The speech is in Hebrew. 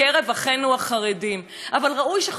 אבל ראוי שחוק כזה יבוא ויכיל גם את